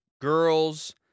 girls